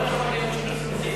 לא יכול להיות שנסים זאב לא נמצא,